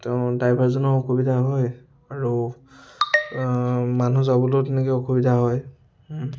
তেওঁ ড্ৰাইভাৰজনৰ অসুবিধা হয় আৰু মানুহ যাবলৈও তেনেকৈ অসুবিধা হয়